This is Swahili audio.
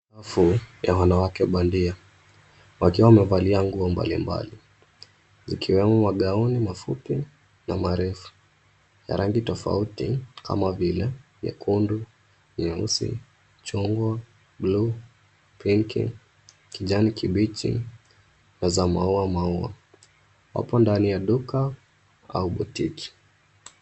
Rafu ya wanawake bandia wakiwa wamevalia nguo mbali mbali, zikiwemo magauni mafupi na marefu ya rangi tofauti kama vile: nyekundu, nyeusi, chungwa, bluu, pinki , kijani kibichi na za maua maua. Wapo ndani ya duka au boutique .